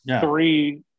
Three